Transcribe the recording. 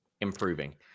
Improving